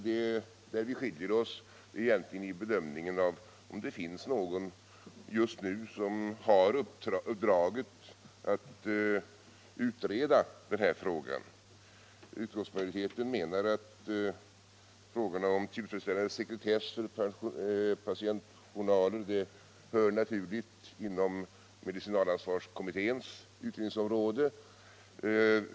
Den punkt där vi skiljer oss åt är i bedömningen av om det just nu finns någon som har uppdraget att utreda denna fråga. Utskottsmajoriteten menar att frågorna om tillfredsställande sekretess för patientjournaler hör naturligt hemma inom medicinalansvarskommitténs utredningsområde.